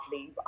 leave